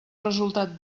resultat